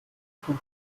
von